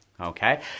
okay